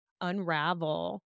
unravel